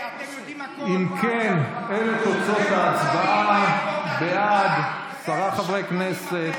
אם כן, אלה תוצאות ההצבעה: בעד, עשרה חברי כנסת,